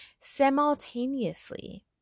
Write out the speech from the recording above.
simultaneously